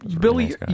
Billy